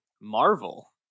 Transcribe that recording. Marvel